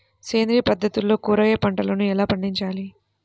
సేంద్రియ పద్ధతుల్లో కూరగాయ పంటలను ఎలా పండించాలి?